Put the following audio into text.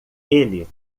ele